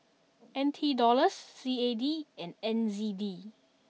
N T Dollars C A D and N Z D